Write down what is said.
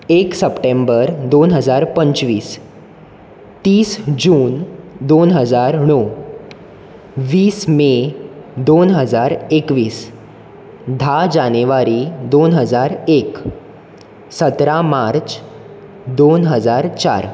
एक सप्टेंबर दोन हजार पंचवीस तीस जून दोन हजार णव वीस मे दोन हजार एकवीस धा जानेवारी दोन हजार एक सतरा मार्च दोन हजार चार